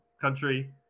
country